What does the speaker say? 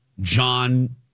John